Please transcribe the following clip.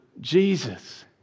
Jesus